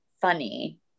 funny